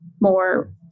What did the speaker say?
more